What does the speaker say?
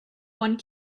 one